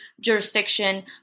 jurisdiction